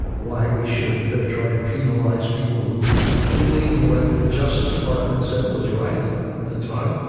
why we should try to penalize people who were doing what the justice department said was right at the time,